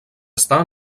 està